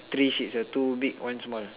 three sheeps ah two big one small